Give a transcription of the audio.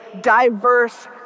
diverse